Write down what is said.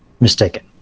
Mistaken